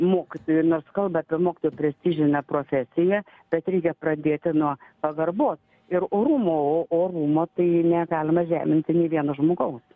mokytojui nors kalba apie mokytojo prestižinę profesiją bet reikia pradėti nuo pagarbos ir orumo o orumo tai negalima žeminti nei vieno žmogaus